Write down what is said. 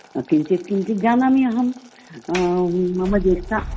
हा किञ्चित् किञ्चित् जानामि अहं मम ज्येष्ठा